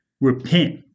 Repent